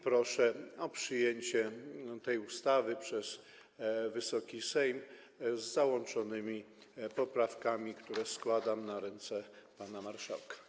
Proszę o przyjęcie tej ustawy przez Wysoki Sejm z załączonymi poprawkami, które składam na ręce pana marszałka.